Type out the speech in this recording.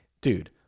dude